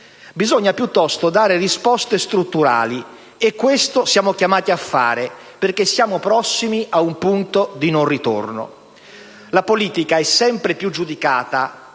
bisogna piuttosto dare risposte strutturali e questo siamo chiamati a fare perché siamo prossimi a un punto di non ritorno. La politica è sempre più giudicata